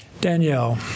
Danielle